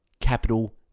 Capital